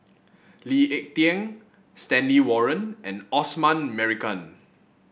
Lee Ek Tieng Stanley Warren and Osman Merican